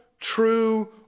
true